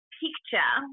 picture